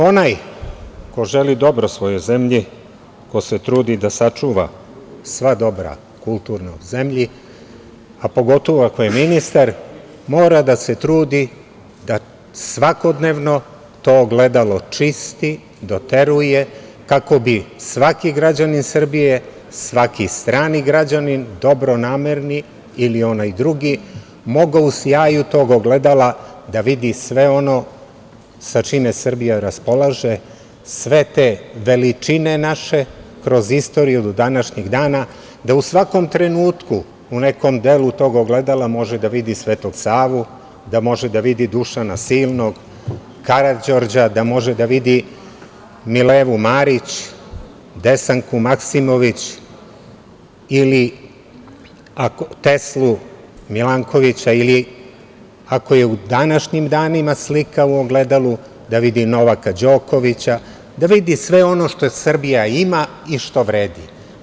Onaj ko želi dobro svojoj zemlji, ko se trudi da sačuva sva kulturna dobra u zemlji, a pogotovo ako je ministar, mora da se trudi da svakodnevno to ogledalo čisti, doteruje, kako bi svaki građanin Srbije, svaki strani građanin, dobronamerni ili onaj drugi, mogao u sjaju tog ogledala da vidi sve ono sa čime Srbija raspolaže, sve te naše veličine kroz istoriju do današnjeg dana, da u svakom trenutku u nekom delu tog ogledala može da vidi Svetog Savu, Dušana Silnog, Karađorđa, da može da vidi Milevu Marić, Desanku Maksimović ili Teslu, Milankovića ili, ako je u današnjim danima slika u ogledalu, da vidi Novaka Đokovića, da vidi sve ono što Srbija ima i što vredi.